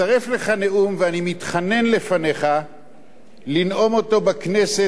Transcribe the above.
ואני מתחנן לפניך לנאום אותו בכנסת בהצגת החוק.